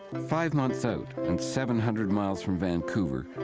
five months out and seven hundred miles from vancouver.